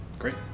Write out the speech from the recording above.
Great